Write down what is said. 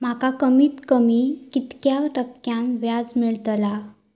माका कमीत कमी कितक्या टक्क्यान व्याज मेलतला?